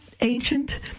ancient